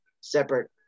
separate